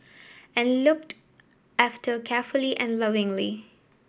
and looked after carefully and lovingly